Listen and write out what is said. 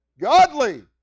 godly